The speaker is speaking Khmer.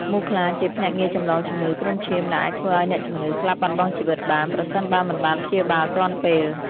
មូសខ្លាជាភ្នាក់ងារចម្លងជំងឺគ្រុនឈាមដែលអាចធ្វើឲ្យអ្នកជំងឺស្លាប់បាត់បង់ជីវិតបាន ប្រសិនបើមិនបានព្យាបាលទាន់ពេល។